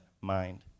mind